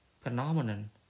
phenomenon